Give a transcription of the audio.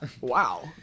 Wow